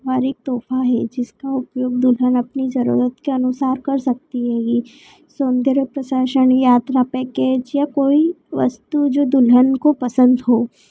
हर एक तोहफा है जिसका उपयोग दुल्हन अपनी ज़रूरत के अनुसार कर सकती है यह सौंदर्य प्रशासन यात्रा पैकेज या कोई वस्तु जो दुल्हन को पसंद हो